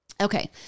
Okay